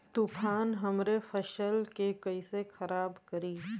तूफान हमरे फसल के कइसे खराब करी?